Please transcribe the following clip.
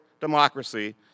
democracy